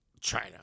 China